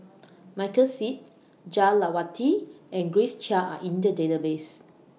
Michael Seet Jah Lelawati and Grace Chia Are in The Database